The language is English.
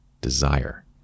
desire